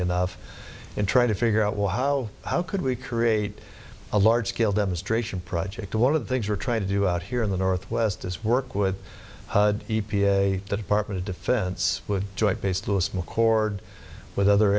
enough in trying to figure out well how how could we create a large scale demonstration project one of the things we're trying to do out here in the northwest is work with e p a the department of defense with joint base lewis mcchord with other